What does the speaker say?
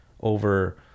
over